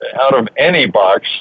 out-of-any-box